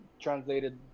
translated